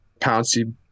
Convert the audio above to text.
Pouncy